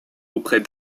auprès